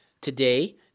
Today